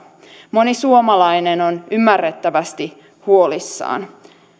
moni suomalainen on ymmärrettävästi huolissaan